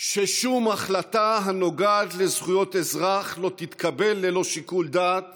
ששום החלטה הנוגעת לזכויות אזרח לא תתקבל ללא שיקול דעת